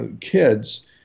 kids